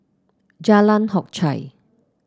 Jalan Hock Chye